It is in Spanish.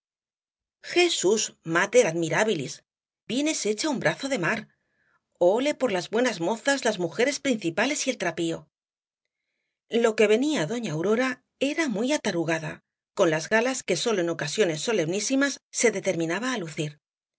jesús máter admirábilis vienes hecha un brazo de mar ole por las buenas mozas las mujeres principales y el trapío lo que venía doña aurora era muy atarugada con las galas que sólo en ocasiones solemnísimas se determinaba á lucir